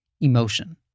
Emotion